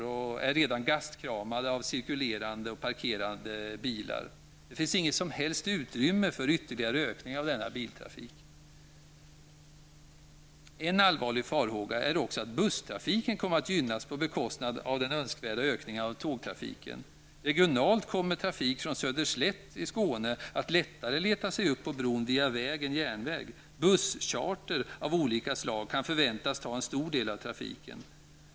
De är redan gastkramade av cirkulerande och parkerande bilar. Det finns inget utrymme för en ytterligare ökning av denna biltrafik. En allvarlig farhåga är också att busstrafiken kommer att gynnas på bekostnad av den önskvärda ökningen av tågtrafiken. Trafik från Söderslätt i Skåne kommer regionalt att ha lättare att leta sig upp på bron via väg än järnväg. Busscharter av olika slag kan förväntas ta en stor del av trafiken.